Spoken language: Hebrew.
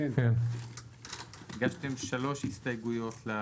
הגשתם שלוש הסתייגויות.